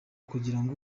kugirango